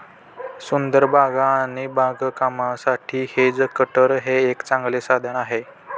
सुंदर बागा आणि बागकामासाठी हेज कटर हे एक चांगले साधन आहे